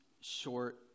short